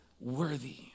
worthy